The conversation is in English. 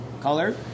color